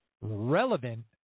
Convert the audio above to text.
relevant